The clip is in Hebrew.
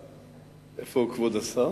איפה כבוד השר?